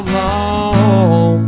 long